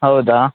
ಹೌದಾ